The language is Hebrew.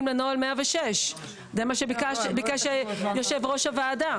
לנוהל 106. זה מה שביקש יושב ראש הוועדה.